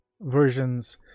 versions